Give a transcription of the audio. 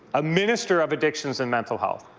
a minister of addictions and mental health,